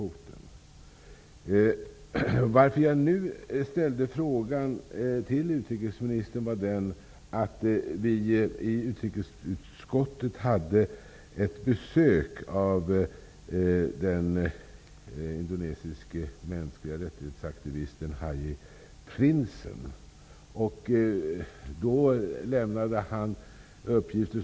Orsaken till att jag nu har ställt frågan till utrikesministern är den att vi i utrikesutskottet fick besök av den indonesiska aktivisten för mänskliga rättigheter, Haji Princen.